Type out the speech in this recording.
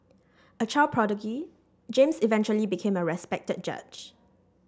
a child prodigy James eventually became a respected judge